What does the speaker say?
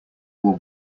will